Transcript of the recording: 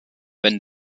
wenn